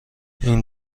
این